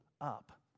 up